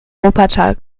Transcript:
wuppertal